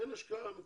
אין השקעה אמיתית.